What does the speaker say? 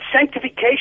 sanctification